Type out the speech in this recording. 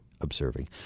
observing